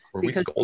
because-